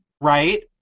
Right